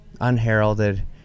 unheralded